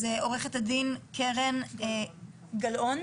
אז קרן גלאון?